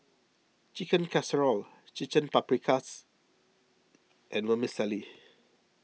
Chicken Casserole Paprikas and Vermicelli